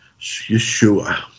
Yeshua